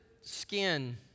skin